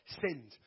sinned